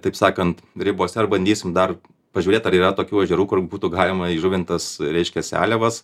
ne taip sakant ribose ir bandysim dar pažiūrėt ar yra tokių ežerų kur būtų galima įžuvint tas reiškia seliavas